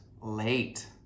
late